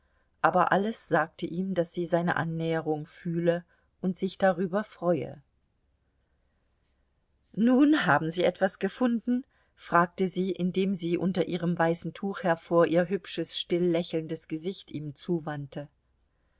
aber alles sagte ihm daß sie seine annäherung fühle und sich darüber freue nun haben sie etwas gefunden fragte sie indem sie unter ihrem weißen tuch hervor ihr hübsches still lächelndes gesicht ihm zuwandte